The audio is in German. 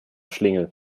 schlingel